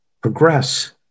progress